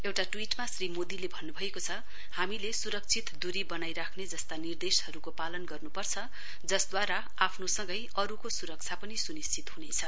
एउटा ट्वीटमा श्री मोदीले भन्नुभएको छ हामीले सुरक्षित दूरी बनाइ राख्ने जस्ता निर्देशहरूको पालन गर्नुपर्छ जसद्वारा आफ्नो सँगै अरूको सुरक्षा पनि सुनिश्चित हुनेछ